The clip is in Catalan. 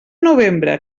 novembre